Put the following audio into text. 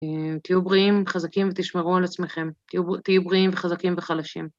תהיו בריאים וחזקים ותשמרו על עצמכם, תהיו בריאים וחזקים וחלשים.